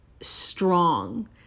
strong